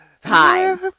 time